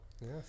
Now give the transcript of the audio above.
Yes